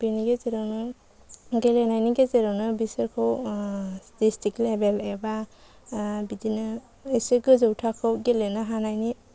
बेनि गेजेरजोंनो गेलेनायनि गेजेरजोंनो बिसोरखौ ड्रिस्टिक लेभेल एबा बिदिनो एसे गोजौ थाखोआव गेलेनो हानायनि